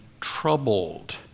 troubled